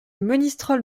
monistrol